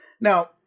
now